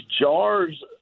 jars